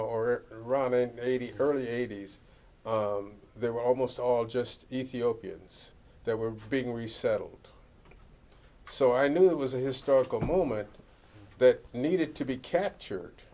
or running eighty early eighty's they were almost all just ethiopians that were being resettled so i knew it was a historical moment that needed to be captured